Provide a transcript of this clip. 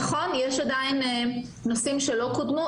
נכון, יש עדיין נושאים שלא קודמו.